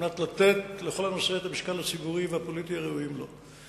על מנת לתת לכל הנושא את המשקל הציבורי והפוליטי הראויים לו.